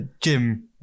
Jim